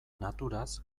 naturaz